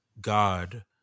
god